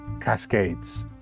cascades